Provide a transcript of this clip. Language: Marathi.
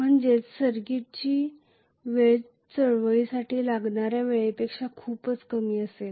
म्हणजेच सर्किटची वेळ हालचालीसाठी लागणाऱ्या वेळेपेक्षा खूपच कमी असेल